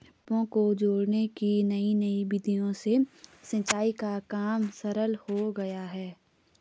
पाइपों को जोड़ने की नयी नयी विधियों से सिंचाई का काम सरल हो गया है